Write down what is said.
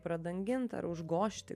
pradangint ar užgožti